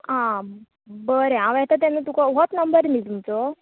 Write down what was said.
आं बरें हांव येता तेन्ना तुका होच नंबर न्ही तुमचो